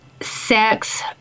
sex